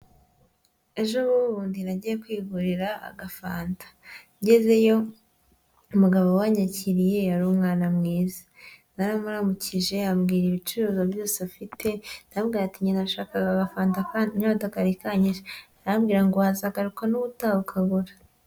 Ejo bundi nagiye kwigurira agafanta ngezeyo umugabo wanyakiriye yari umwana mwiza, naramuramukije ambwira ibicuruzwa byose afite ndamubwira ati njye nashakaga agafanta akanyota kari kanyishe, arambwira ngo wazagaruka n'ubutaha ukabura.